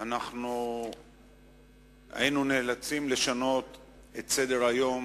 הצעה לסדר-היום שמספרה 102. נאלצנו לשנות את סדר-היום